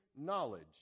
knowledge